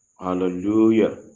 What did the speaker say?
Hallelujah